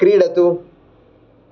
क्रीडतु